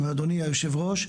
אדוני יושב הראש,